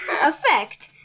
effect